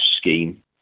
scheme